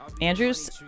Andrew's